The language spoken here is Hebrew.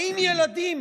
האם ילדים